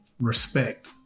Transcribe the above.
respect